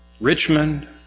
Richmond